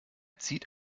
zieht